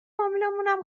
فامیلامونم